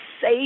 say